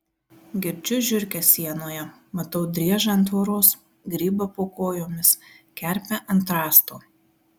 girdžiu žiurkes sienoje matau driežą ant tvoros grybą po kojomis kerpę ant rąsto